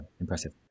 impressive